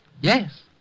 Yes